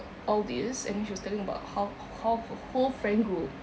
all these and then she was telling about how how her whole friend group